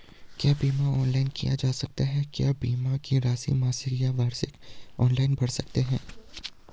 क्या बीमा ऑनलाइन किया जा सकता है क्या बीमे की राशि मासिक या वार्षिक ऑनलाइन भर सकते हैं?